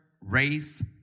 race